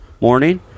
morning